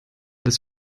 des